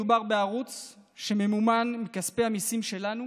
מדובר בערוץ שממומן מכספי המיסים שלנו,